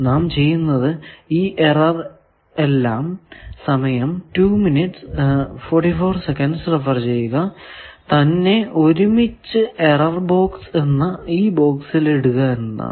നാം ചെയ്യുന്നത് ഈ എറർ എല്ലാം തന്നെ ഒരുമിച്ചു എറർ ബോക്സ് എന്ന ബോക്സിൽ ഇടുക എന്നതാണ്